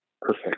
perfect